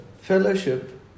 fellowship